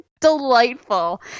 delightful